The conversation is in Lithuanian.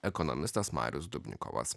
ekonomistas marius dubnikovas